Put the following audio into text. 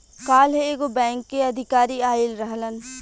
काल्ह एगो बैंक के अधिकारी आइल रहलन